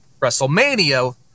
WrestleMania